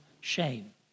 shame